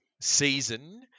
season